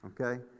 okay